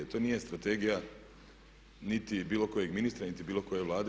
To nije strategija niti bilo kojeg ministra niti bilo koje Vlade.